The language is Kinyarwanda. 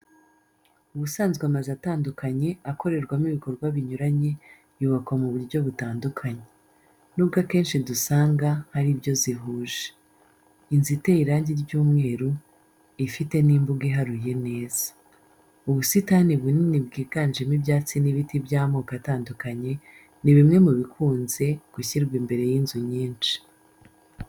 Ubusanzwe amazu atandukanye, akorerwamo ibikorwa binyuranye, yubakwa mu buryo butandukanye. Nubwo akenshi dusanga hari ibyo zihuje. Inzu iteye irangi ry'umweru, ifite n'imbuga iharuye neza. Ubusitani bunini bwiganjemo ibyatsi n'ibiti by'amoko atandukanye ni bimwe mu bikunze gushyirwa imbere y'inzu nyinshi.